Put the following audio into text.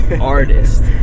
artist